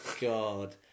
God